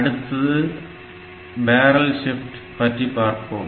அடுத்தது barrel shifter பற்றிபார்ப்போம்